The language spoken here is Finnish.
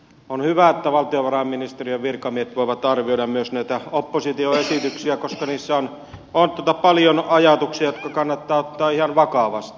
on hyvä että valtiovarainministeriön virkamiehet voivat arvioida myös näitä opposition esityksiä koska niissä on paljon ajatuksia jotka kannattaa ottaa ihan vakavasti